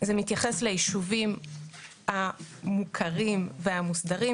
זה מתייחס לישובים המוכרים והמוסדרים